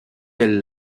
elle